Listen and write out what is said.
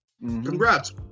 Congrats